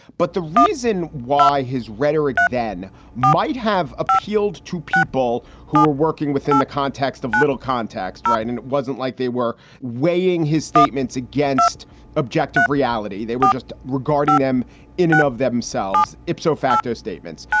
but the reason why his rhetoric then might have appealed to people who were working within the context of little context. right. and it wasn't like they were weighing his statements against objective reality. they were just regarding them in and of themselves, ipso facto statements.